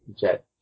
jet